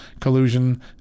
collusion